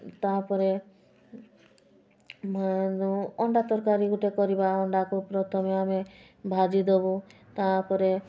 ତା'ପରେ ଅଣ୍ଡା ତରକାରୀ ଗୋଟେ କରିବା ଅଣ୍ଡାକୁ ପ୍ରଥମେ ଆମେ ଭାଜିଦେବୁ ତା'ପରେ